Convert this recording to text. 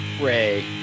Ray